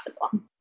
possible